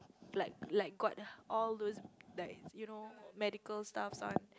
like like got all those like you know medical stuffs one